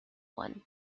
one